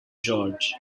george